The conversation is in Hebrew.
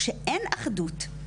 כשאין אחדות,